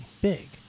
big